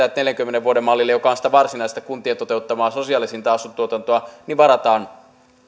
että neljänkymmenen vuoden mallille joka on sitä varsinaista kuntien toteuttamaa sosiaalisinta asuntotuotantoa varataan